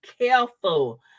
careful